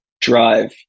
Drive